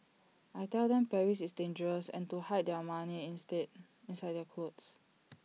I tell them Paris is dangerous and to hide their money instead inside their clothes